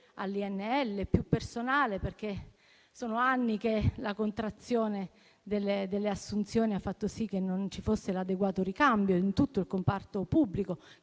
(ILN), più personale, perché sono anni che la contrazione delle assunzioni ha fatto sì che non ci fosse un adeguato ricambio in tutto il comparto pubblico.